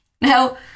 now